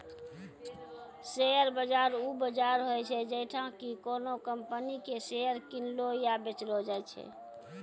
share बाजार उ बजार होय छै जैठां कि कोनो कंपनी के शेयर किनलो या बेचलो जाय छै